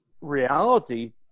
reality